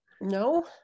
No